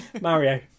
Mario